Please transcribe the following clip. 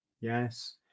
Yes